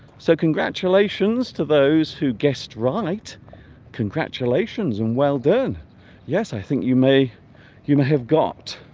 so congratulations to those who guessed right congratulations and well done yes i think you may you may have got